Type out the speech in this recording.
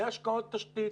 אלה השקעות תשתית.